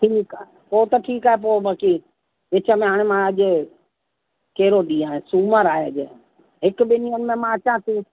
ठीकु आहे पोइ त ठीकु आहे पोइ बाक़ी विच में हाणे मां अॼु कहिड़ो ॾींहुं आहे सूमरु आहे अॼु हिकु ॿिनि ॾींहनि में मां अचां थी